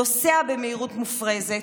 נוסע במהירות מופרזת,